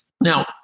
Now